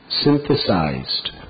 synthesized